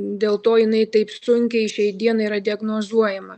dėl to jinai taip sunkiai šiai dienai yra diagnozuojama